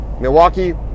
milwaukee